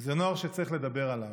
זה נוער שצריך לדבר עליו.